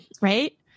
right